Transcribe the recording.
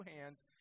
hands